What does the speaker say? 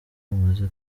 umaze